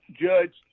judge